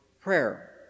prayer